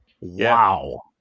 Wow